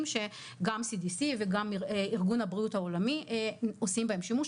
שגם CDC וגם ארגון הבריאות העולמי עושים בהם שימוש.